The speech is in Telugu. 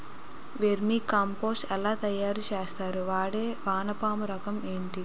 వెర్మి కంపోస్ట్ ఎలా తయారు చేస్తారు? వాడే వానపము రకం ఏంటి?